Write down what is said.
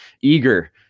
eager